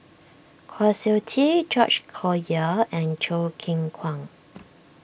Kwa Siew Tee George Collyer and Choo Keng Kwang